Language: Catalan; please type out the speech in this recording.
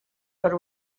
per